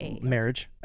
marriage